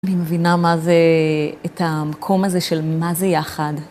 אני מבינה את המקום הזה של מה זה יחד.